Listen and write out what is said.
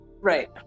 Right